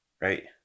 right